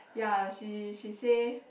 ya she she say